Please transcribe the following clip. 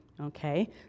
okay